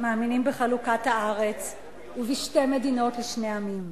אנחנו מאמינים בחלוקת הארץ ובשתי מדינות לשני עמים.